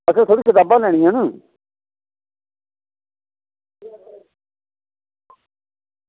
असें थोह्ड़ियां कताबां लैनियां न